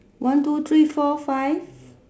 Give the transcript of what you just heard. one two three four five